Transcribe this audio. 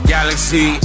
Galaxy